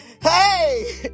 Hey